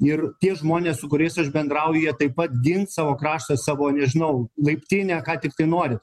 ir tie žmonės su kuriais aš bendrauju jie taip pat gins savo kraštą savo nežinau laiptinę ką tiktai norit